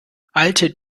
alte